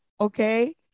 Okay